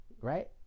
Right